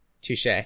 Touche